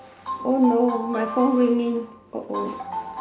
no my phone ringing